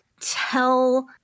tell